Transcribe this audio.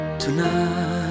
tonight